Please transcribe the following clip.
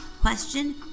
question